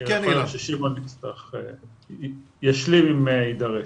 שמעון ישלים, אם יידרש.